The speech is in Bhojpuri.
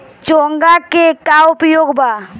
चोंगा के का उपयोग बा?